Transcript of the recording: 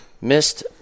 Missed